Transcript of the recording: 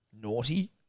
Naughty